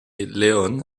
leon